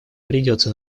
придется